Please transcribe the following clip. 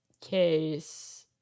Case